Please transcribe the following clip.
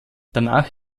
danach